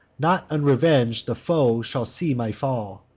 not unreveng'd the foe shall see my fall.